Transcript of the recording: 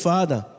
Father